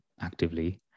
actively